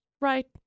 right